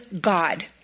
God